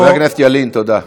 חבר הכנסת ילין, תודה.